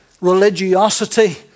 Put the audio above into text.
religiosity